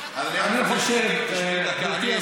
לא, אני דיברתי עם חברת הכנסת, תשמעי דקה.